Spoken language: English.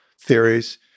theories